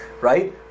right